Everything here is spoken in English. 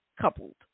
coupled